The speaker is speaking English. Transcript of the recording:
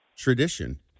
tradition